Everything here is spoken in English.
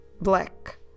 Black